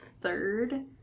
third